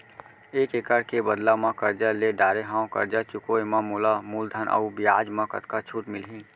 एक एक्कड़ के बदला म करजा ले डारे हव, करजा चुकाए म मोला मूलधन अऊ बियाज म कतका छूट मिलही?